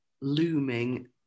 looming